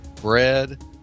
bread